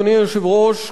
אדוני היושב-ראש,